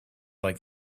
like